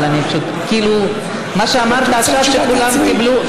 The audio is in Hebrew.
אבל מה שאמרת עכשיו זה שכולם קיבלו,